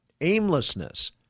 aimlessness